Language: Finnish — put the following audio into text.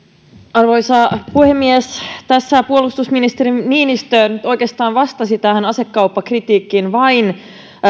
arvoisa puhemies tässä puolustusministeri niinistö oikeastaan vastasi tähän asekauppakritiikkiin vain